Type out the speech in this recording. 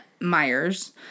Myers